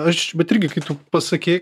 aš bet irgi kai tu pasakei